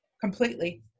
completely